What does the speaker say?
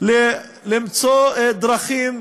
למצוא דרכים